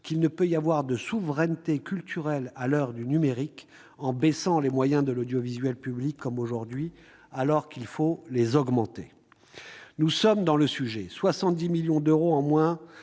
qu'il ne peut y avoir de " souveraineté culturelle à l'ère du numérique " en baissant les moyens de l'audiovisuel public comme aujourd'hui, alors qu'il faut les augmenter ...» Nous sommes dans le sujet : 70 millions d'euros en moins